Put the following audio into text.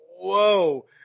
whoa